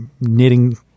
knitting